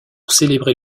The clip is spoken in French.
célébrer